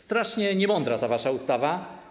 Strasznie niemądra ta wasza ustawa.